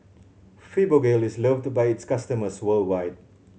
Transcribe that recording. Fibogel is loved by its customers worldwide